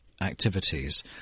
activities